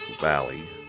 Valley